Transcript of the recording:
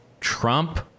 Trump